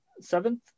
seventh